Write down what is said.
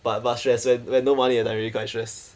but but stress when when no money that time really quite stress